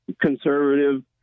conservative